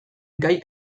gai